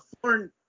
foreign